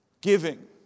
Giving